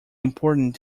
important